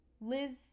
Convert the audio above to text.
Liz